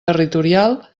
territorial